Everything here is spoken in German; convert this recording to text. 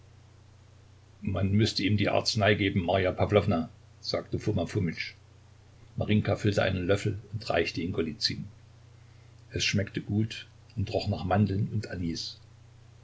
man müßte ihm die arznei geben marja pawlowna sagte foma fomitsch marinjka füllte einen löffel und reichte ihn golizyn es schmeckte gut und roch nach mandeln und